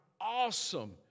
awesome